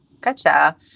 Gotcha